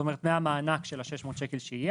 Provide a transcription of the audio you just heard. זאת אומרת דמי המענק של ה-600 שקל שיהיה,